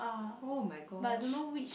oh my gosh